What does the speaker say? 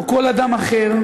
או כל אדם אחר,